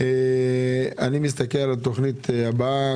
אני מסתכל על התכנית הבאה,